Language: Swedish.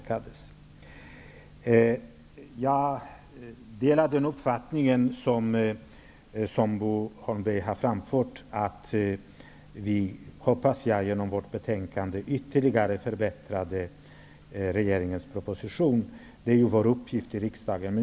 Jag delar Bo Holmbergs framförda uppfattning att utskottet förbättrat förslaget i regeringens proposition. Och det är ju vår uppgift här i riksdagen.